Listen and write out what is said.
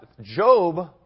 Job